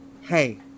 Hey